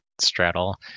straddle